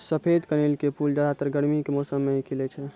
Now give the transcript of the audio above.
सफेद कनेल के फूल ज्यादातर गर्मी के मौसम मॅ ही खिलै छै